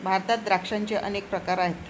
भारतात द्राक्षांचे अनेक प्रकार आहेत